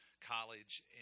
college